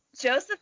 Joseph